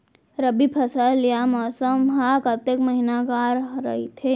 रबि फसल या मौसम हा कतेक महिना हा रहिथे?